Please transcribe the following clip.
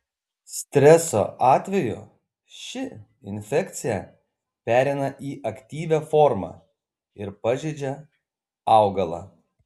streso atveju ši infekcija pereina į aktyvią formą ir pažeidžia augalą